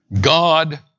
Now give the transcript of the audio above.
God